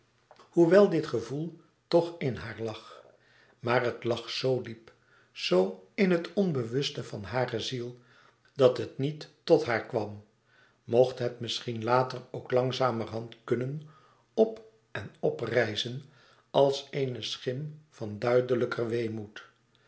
hoewel dit gevoel toch in haar lag maar het lag zo diep zoo in het onbewuste van hare ziel dat het niet tot haar kwam mocht het misschien later ook langzamerhand kunnen op en oprijzen als eene schim van duidelijker weemoed